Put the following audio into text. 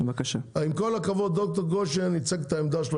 עם כל הכבוד ד"ר גושן ייצג את העמדה שלו